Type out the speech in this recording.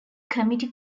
committee